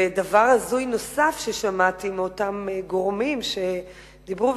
דבר הזוי נוסף ששמעתי מאותם גורמים שדיברו,